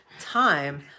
time